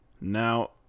Now